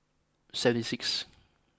seven sixth